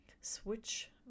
switch